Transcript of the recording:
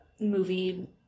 movie